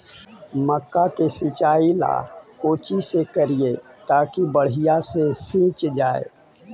मक्का के सिंचाई ला कोची से करिए ताकी बढ़िया से सींच जाय?